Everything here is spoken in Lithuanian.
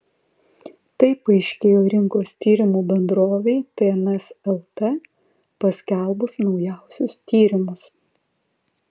tai paaiškėjo rinkos tyrimų bendrovei tns lt paskelbus naujausius tyrimus